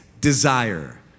desire